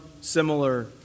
similar